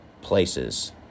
places